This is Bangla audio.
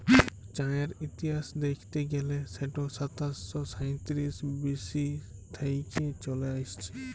চাঁয়ের ইতিহাস দ্যাইখতে গ্যালে সেট সাতাশ শ সাঁইতিরিশ বি.সি থ্যাইকে চলে আইসছে